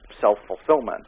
self-fulfillment